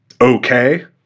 okay